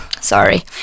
sorry